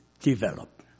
develop